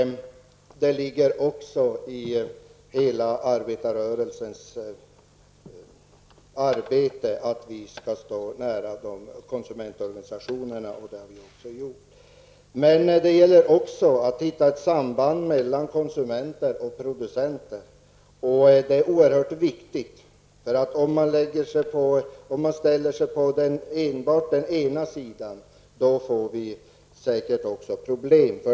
Det är även arbetarrörelsens uppgift att stå nära konsumentorganisationerna, vilket den också har gjort. Det gäller också att hitta ett samband mellan konsumenter och producenter, och detta är oerhört viktigt. Om man ställer sig enbart på den ena sidan blir det säkert problem.